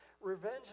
Revenge